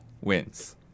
wins